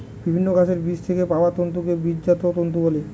বিভিন্ন গাছের বীজ থেকে পাওয়া তন্তুকে বীজজাত তন্তু বলে